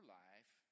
life